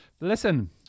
Listen